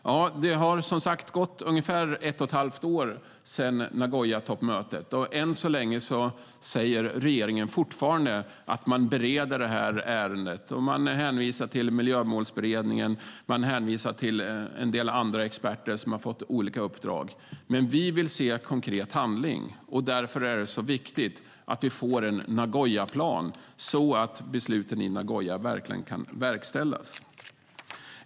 Ja, det har som sagt gått ungefär ett och ett halvt år sedan Nagoyatoppmötet, och regeringen säger fortfarande att man bereder ärendet. Man hänvisar till miljömålsberedningen och till en del andra experter som har fått olika uppdrag, men vi vill se konkret handling. Därför är det så viktigt att vi får en Nagoyaplan så att besluten i Nagoya verkligen kan verkställas.